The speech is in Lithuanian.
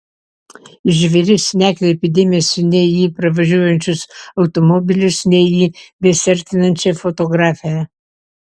žvėris nekreipė dėmesio nei į pravažiuojančius automobilius nei į besiartinančią fotografę